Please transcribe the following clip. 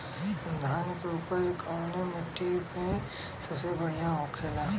धान की उपज कवने मिट्टी में सबसे बढ़ियां होखेला?